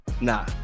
Nah